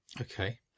Okay